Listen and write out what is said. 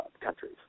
countries